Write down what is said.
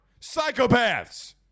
Psychopaths